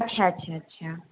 اچھا اچھا اچھا